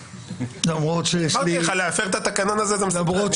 אמרתי לך, להפר את התקנון הזה זה מסוכן.